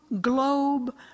globe